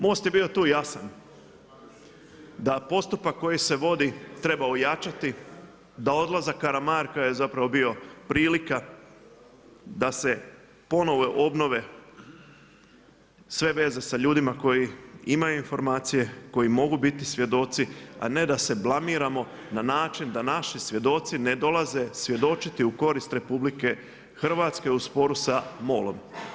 MOST je bio tu jasan da postupak koji se vodi treba ojačati, da odlazak Karamarka je zapravo bio prilika da se ponovo obnove sve veze sa ljudima koji imaju informacije, koji mogu biti svjedoci a ne da se blamiramo na način da naši svjedoci ne dolaze svjedočiti u korist RH u sporu sa MOL-om.